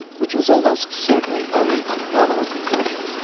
which was almost certainly only a nominal conversion.